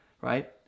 Right